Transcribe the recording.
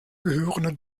gehörende